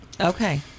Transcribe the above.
okay